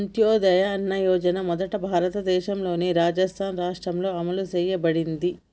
అంత్యోదయ అన్న యోజన మొదట భారతదేశంలోని రాజస్థాన్ రాష్ట్రంలో అమలు చేయబడింది